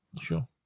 Sure